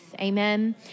amen